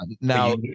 now